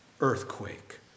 earthquake